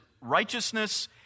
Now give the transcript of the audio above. righteousness